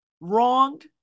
wronged